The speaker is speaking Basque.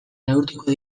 neurtuko